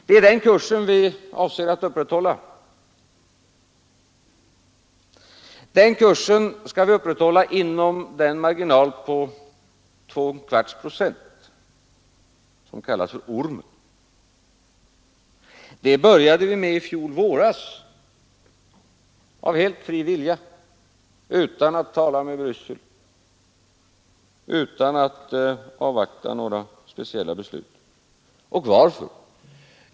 Det är den kursen vi avser att upprätthålla inom den marginal på två och en kvarts procent som kallas för ormen. Det började vi med förra våren, av helt fri vilja, utan att tala med Bryssel, utan att avvakta några speciella beslut. Och varför?